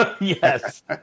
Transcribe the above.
Yes